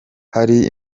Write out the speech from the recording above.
hari